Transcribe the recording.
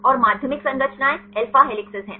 और माध्यमिक संरचनाएं अल्फा हेलिसेस हैं